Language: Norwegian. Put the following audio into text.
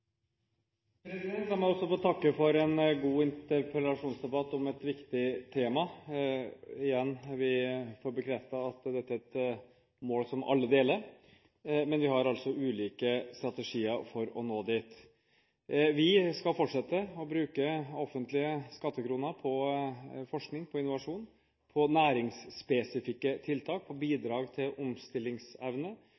La meg også få takke for en god interpellasjonsdebatt om et viktig tema. Igjen får vi bekreftet at dette er et mål alle deler, men at vi har ulike strategier for å nå dit. Vi skal fortsette å bruke offentlige skattekroner på forskning, innovasjon, næringsspesifikke tiltak